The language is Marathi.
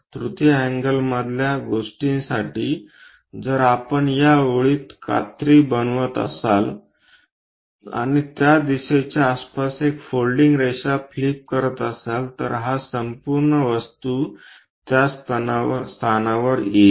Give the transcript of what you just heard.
तृतीय अँगलमधल्या गोष्टींसाठी जर आपण या ओळीत कात्री बनवित असाल आणि त्या दिशेच्या आसपास एक फोल्डिंग रेषा फ्लिप करत असाल तर हा संपूर्ण वस्तू या स्थानावर येईल